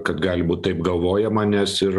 kad gali būt taip galvojama nes ir